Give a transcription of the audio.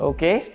Okay